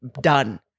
Done